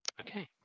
Okay